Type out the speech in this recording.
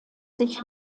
sich